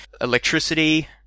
Electricity